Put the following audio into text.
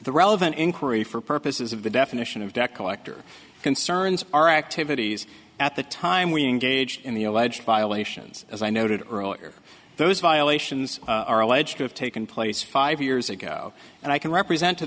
the relevant inquiry for purposes of the definition of debt collector concerns our activities at the time we engaged in the alleged violations as i noted earlier those violations are alleged to have taken place five years ago and i can represent